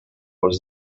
was